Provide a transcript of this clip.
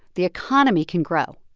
the economy can grow,